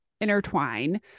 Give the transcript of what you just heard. intertwine